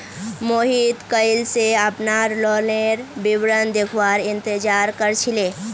मोहित कइल स अपनार लोनेर विवरण देखवार इंतजार कर छिले